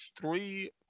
three